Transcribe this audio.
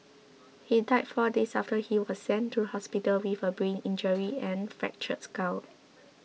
he died four days after he was sent to hospital with a brain injury and fractured skull